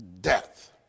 death